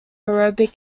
aerobic